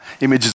images